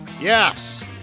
Yes